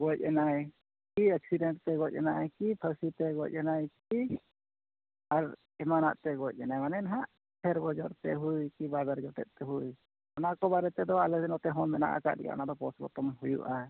ᱜᱚᱡ ᱮᱱᱟᱭ ᱡᱩᱫᱤ ᱮᱠᱥᱤᱰᱮᱱᱴ ᱛᱮ ᱜᱚᱡ ᱮᱱᱟᱭ ᱠᱤ ᱯᱷᱟᱺᱥᱤ ᱛᱮ ᱜᱚᱡ ᱮᱱᱟᱭ ᱠᱤ ᱟᱨ ᱮᱢᱟᱱᱟᱜᱛᱮ ᱜᱚᱡ ᱮᱱᱟᱭ ᱢᱟᱱᱮ ᱦᱟᱜ ᱜᱚᱡᱚᱜ ᱛᱮ ᱦᱩᱭᱱᱟ ᱠᱤ ᱵᱟᱦᱟ ᱫᱟᱨᱮ ᱡᱚᱛᱮᱫᱛᱮ ᱦᱩᱭᱱᱟ ᱚᱱᱟ ᱠᱚ ᱵᱟᱨᱮᱛᱮ ᱟᱞᱮ ᱱᱚᱛᱮ ᱦᱚᱸ ᱢᱮᱱᱟᱜ ᱟᱠᱟᱜ ᱜᱮᱭᱟ ᱚᱱᱟ ᱫᱚ ᱯᱳᱥᱴᱢᱚᱨᱴᱮᱢ ᱦᱩᱭᱩᱜᱼᱟ